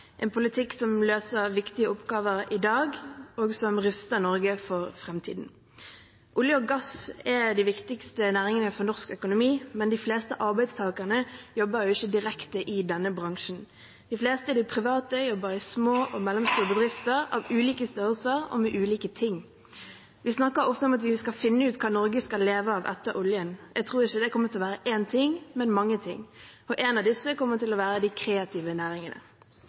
en politikk som løser viktige oppgaver i dag, og som ruster Norge for fremtiden. Olje og gass er de viktigste næringene for norsk økonomi, men de fleste arbeidstakere jobber ikke direkte i denne bransjen. De fleste i det private jobber i små og mellomstore bedrifter av ulike størrelser og med ulike ting. Vi snakker ofte om at vi skal finne ut hva Norge skal leve av etter oljen. Jeg tror ikke det kommer til å være én ting, men mange ting, og en av disse kommer til å være de kreative næringene.